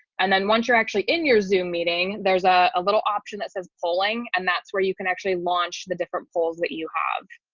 and then once you're actually in your zoom meeting, there's a ah little option that says polling. and that's where you can actually launch the different polls that you have.